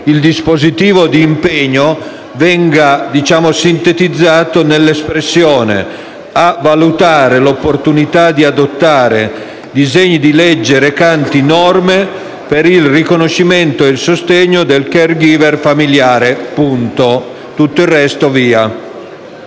il dispositivo di impegno venga sintetizzato nella seguente espressione: «A valutare l'opportunità di adottare disegni di legge recanti norme per il riconoscimento e il sostegno del *caregiver* familiare». Propongo infine